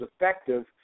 effective